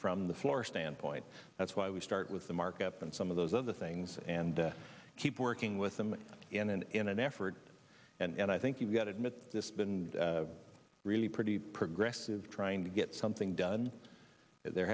from the floor standpoint that's why we start with the markup and some of those other things and keep working with them in an in an effort and i think you've got to admit this been really pretty progressive trying to get something done th